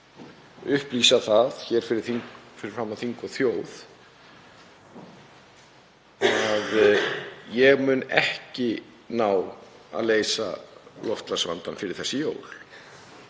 upplýsa það hér fyrir framan þing og þjóð að ég mun ekki ná að leysa loftslagsvandann fyrir þessi jól.